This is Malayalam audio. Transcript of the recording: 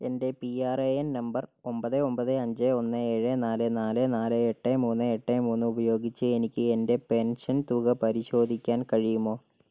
എൻ്റെ P R A N number ഒൻപത് ഒൻപത് അഞ്ച് ഒന്ന് ഏഴ് നാല് നാല് നാല് എട്ട് മൂന്ന് എട്ട് മൂന്ന് ഉപയോഗിച്ച് എനിക്ക് എൻ്റെ പെൻഷൻ തുക പരിശോധിക്കാൻ കഴിയുമോ